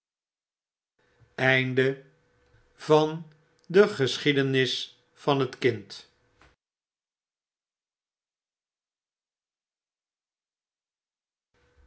de geschiedenis van het kind